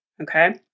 okay